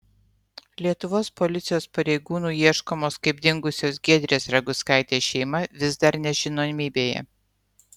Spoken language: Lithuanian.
lietuvos policijos pareigūnų ieškomos kaip dingusios giedrės raguckaitės šeima vis dar nežinomybėje